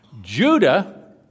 Judah